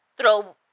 throw